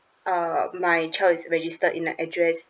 uh my child is registered in a address